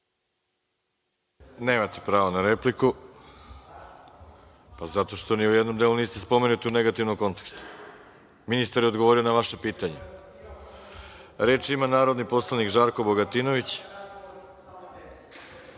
ste dali repliku.)Zato što ni u jednom delu niste spomenuti u negativnom kontekstu. Ministar je odgovorio na vaše pitanje. Reč ima narodni poslanik Žarko Bogatinović.